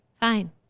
fine